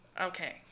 okay